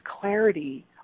clarity